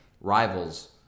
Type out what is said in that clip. rivals